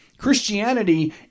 Christianity